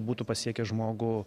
būtų pasiekę žmogų